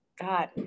God